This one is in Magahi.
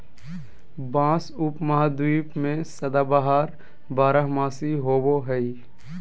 बाँस उपमहाद्वीप में सदाबहार बारहमासी होबो हइ